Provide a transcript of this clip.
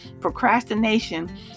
Procrastination